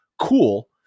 cool